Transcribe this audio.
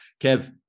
Kev